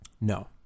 no